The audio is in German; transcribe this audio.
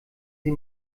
sie